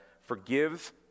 forgives